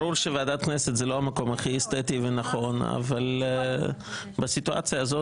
ברור שוועדת כנסת זה לא המקום הכי אסתטי ונכון אבל בסיטואציה הזאת,